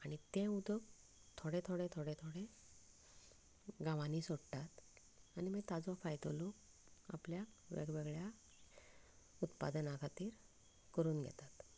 आनी तें उदक थोडें थोडें थोडें थोडें गांवांनी सोडटात आनी मागीर ताजो फायदो लोक आपल्या वेगवेगळ्या उत्पादना खातीर करून घेतात